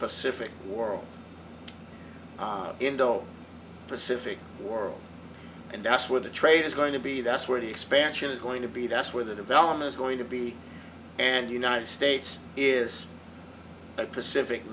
pacific world indo pacific world and that's where the trade is going to be that's where the expansion is going to be that's where the development is going to be and united states is a pacific